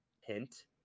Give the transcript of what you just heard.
hint